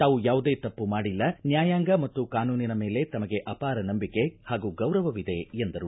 ತಾವು ಯಾವುದೇ ತಪ್ಪು ಮಾಡಿಲ್ಲ ನ್ಯಾಯಾಂಗ ಮತ್ತು ಕಾನೂನಿನ ಮೇಲೆ ತಮಗೆ ಅಪಾರ ನಂಬಿಕೆ ಪಾಗೂ ಗೌರವವಿದೆ ಎಂದರು